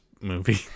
movie